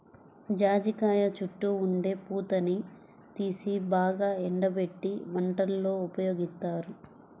జాజికాయ చుట్టూ ఉండే పూతని తీసి బాగా ఎండబెట్టి వంటల్లో ఉపయోగిత్తారు